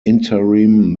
interim